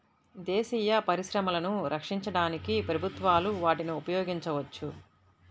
దేశీయ పరిశ్రమలను రక్షించడానికి ప్రభుత్వాలు వాటిని ఉపయోగించవచ్చు